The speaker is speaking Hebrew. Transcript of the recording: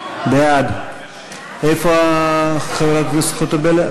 איפה חברת הכנסת חוטובלי?